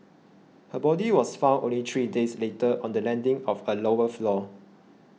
her body was found only three days later on the landing of a lower floor